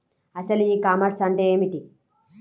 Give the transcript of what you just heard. అసలు ఈ కామర్స్ అంటే ఏమిటి?